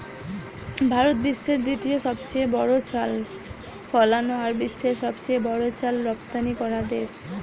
ভারত বিশ্বের দ্বিতীয় সবচেয়ে বড় চাল ফলানা আর বিশ্বের সবচেয়ে বড় চাল রপ্তানিকরা দেশ